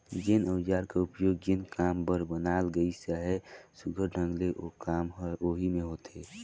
जेन अउजार कर उपियोग जेन काम बर बनाल गइस अहे, सुग्घर ढंग ले ओ काम हर ओही मे होथे